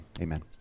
amen